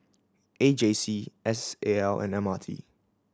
A J C S A L and M R T